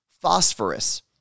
phosphorus